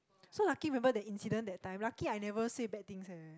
so lucky remember that incident that time lucky I never say bad things leh